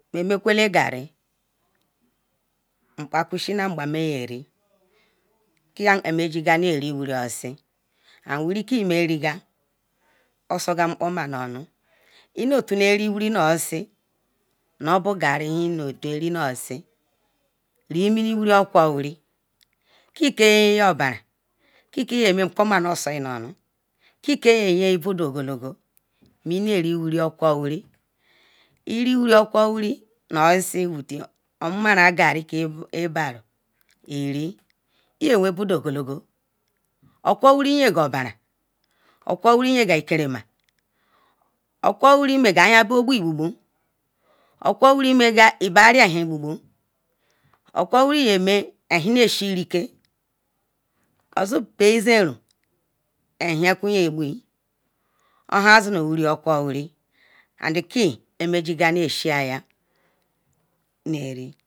Mey mekele gar, makeshi nu mgba meri rim eh ji ga nu eri wiri osisi amel wiri ki mey exiga asu gam mpkoma omi ehi nu etu o eri wiri osisi nu bu gar ehi tu o eri osisi eri mini wiri okuko wiri ki yi obara ki ke nye may apke ye budu ogologo may mkpe ma su onu ki ke ye budu egalogo may ehe eri mini wiri ekuko wiri eri wiri okaka nu osis with omumara gar embaru elu wene budu egologo okuku wiri, ye ga abara okuku wiri ye ga lkerema okuku wiri mega anayao obu bubu okuku wiri mega em bia reya chen bubu Okuku wiri, ye may ehin ne shurike slu rike osipay eziru su ehiku ye bu, oma zinu wiri okaku wiri and ki bu elu may ji go ne shia ya.